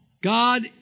God